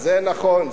זה נכון.